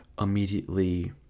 immediately